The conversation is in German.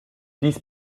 dies